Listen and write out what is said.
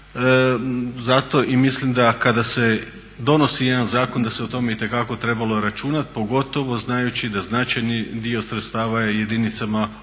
Zato i mislim da kada se donosi jedan zakon da se o tome itekako trebalo voditi računa, pogotovo znajući da značajni dio sredstava je jedinicama lokalne